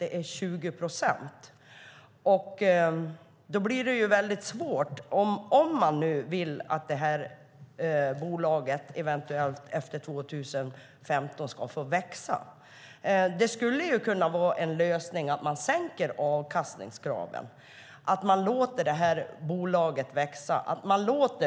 Det är 20 procent. Det blir väldigt svårt om man nu vill att bolaget eventuellt ska få växa efter 2015. Det skulle kunna vara en lösning att man sänker avkastningskraven och låter bolaget växa.